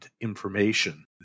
information